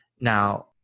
Now